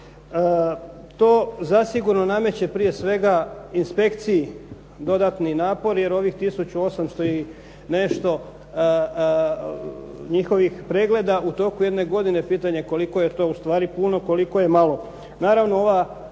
To zasigurno nameće prije svega inspekciji dodatni napor jer ovih 1800 i nešto njihovih pregleda u toku jedne godine, pitanje je koliko je to ustvari puno, koliko je malo.